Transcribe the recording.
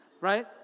Right